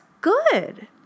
good